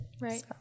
Right